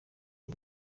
iyi